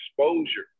exposure